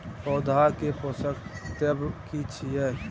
पौधा के पोषक तत्व की छिये?